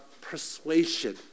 persuasion